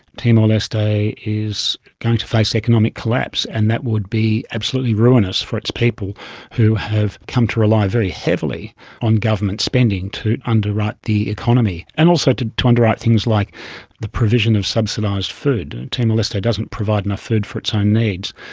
timor-leste is going to face economic collapse, and that would be absolutely ruinous for its people who have come to rely very heavily on government spending to underwrite the economy, and also to to underwrite things like the provision of subsidised food. timor-leste doesn't provide enough food for its own needs,